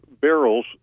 barrels